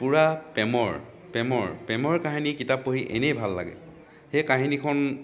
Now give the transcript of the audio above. পূৰা প্ৰেমৰ প্ৰেমৰ প্ৰেমৰ কাহিনীৰ কিতাপ পঢ়ি এনেই ভাল লাগে সেই কাহিনীখন